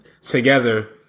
together